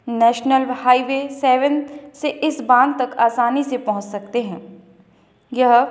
national highway seven से इस बांध तक आसानी से पहुँच सकते हैं यह